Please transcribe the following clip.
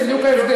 זה בדיוק ההבדל.